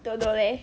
don't know leh